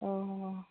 ꯑꯣ